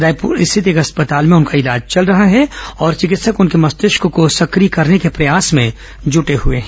रायपुर स्थित अस्पताल में उनका इलाज चल रहा है और चिकित्सक उनके मस्तिष्क को सक्रिय करने के प्रयास में जुटे हुए हैं